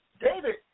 David